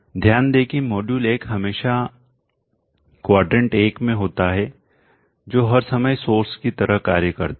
ध्यान दें कि मॉड्यूल 1 हमेशा क्वाड्रेंट 1 में होता है जो हर समय सोर्स की तरह कार्य करता है